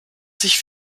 sich